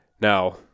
Now